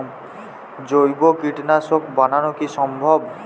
জৈব কীটনাশক বানানো কি সম্ভব?